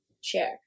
share